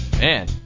Man